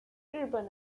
日本